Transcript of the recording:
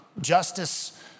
justice